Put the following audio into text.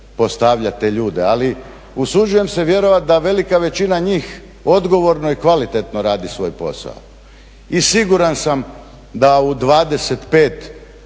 postavljati te ljude. Ali usuđujem se vjerovati da velika većina njih odgovorno i kvalitetno radi svoj posao. I siguran sam da u 25